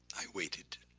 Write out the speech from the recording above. i waited.